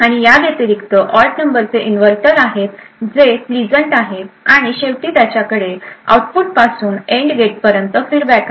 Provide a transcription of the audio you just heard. आणि या व्यतिरिक्त ऑड नंबरचे इन्व्हर्टर आहेत जे प्लीजंट आहेत आणि शेवटी त्याच्याकडे आउटपुट पासून एन्ड गेटपर्यंत फीडबॅक आहे